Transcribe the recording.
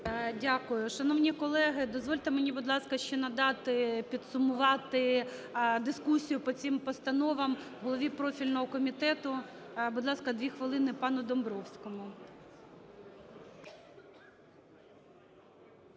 Дякую. Шановні колеги, дозвольте мені, будь ласка, ще надати підсумувати дискусію по цим постановам голові профільного комітету. Будь ласка, дві хвилини пану Домбровському.